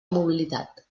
mobilitat